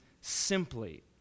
simply